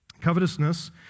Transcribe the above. Covetousness